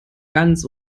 ganz